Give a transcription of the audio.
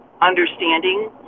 understanding